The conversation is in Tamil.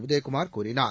உதயகுமார் கூறினார்